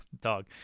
dog